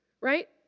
right